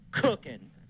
cooking